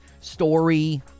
story